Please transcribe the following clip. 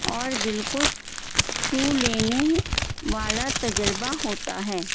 اور دل کو چھو لینے والا تجربہ ہوتا ہے